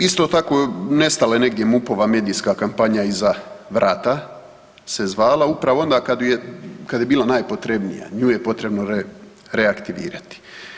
Isto tako, nestala je negdje MUP-ova medijska kampanja Iza vrata se zvala upravo onda kad je bilo najpotrebnije, nju je potrebno reaktivirati.